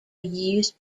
used